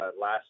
last